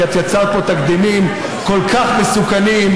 כי את יצרת פה תקדימים כל כך מסוכנים,